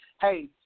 hey